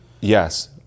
yes